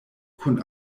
kun